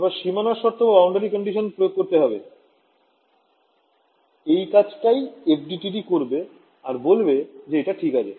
এবার সীমানা শর্ত প্রয়োগ করতে হবে এই কাজটাই FDTD করবে আর বলবে যে এটা ঠিক আছে